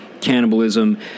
cannibalism